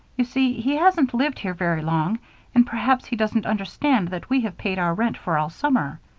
you see, he hasn't lived here very long and perhaps he doesn't understand that we have paid our rent for all summer.